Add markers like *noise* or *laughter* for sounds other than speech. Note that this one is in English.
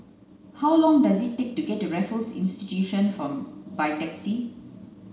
how long does it take to get to Raffles Institution *unintelligible* by taxi